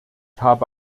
habe